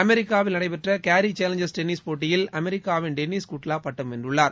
அமெரிக்காவில் நடைபெற்ற Cary Challengers tennis போட்டியில் அமெரிக்காவின் டெனிஷ் குட்லா பட்டம் வென்றுள்ளார்